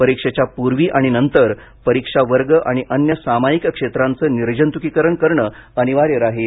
परीक्षेच्या पूर्वी आणि नंतर परीक्षा वर्ग आणि अन्य सामायिक क्षेत्रांचे निर्जंतुकीकरण करणे अनिवार्य राहील